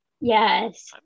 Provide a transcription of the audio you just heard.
Yes